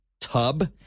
tub